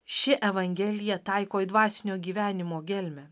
ši evangelija taiko į dvasinio gyvenimo gelmę